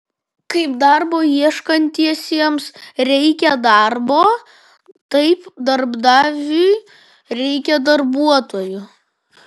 kaip darbo ieškantiesiems reikia darbo taip darbdaviui reikia darbuotojų